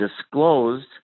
disclosed